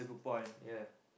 yeah